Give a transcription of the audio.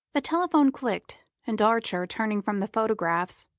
the telephone clicked, and archer, turning from the photographs,